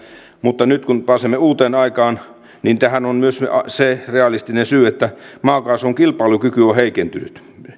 mutta nyt pääsemme uuteen aikaan ja tähän on myös se realistinen syy että maakaasun kilpailukyky on heikentynyt sen